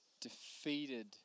defeated